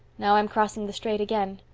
now i'm crossing the strait again.